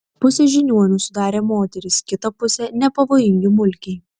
pusę žiniuonių sudarė moterys kitą pusę nepavojingi mulkiai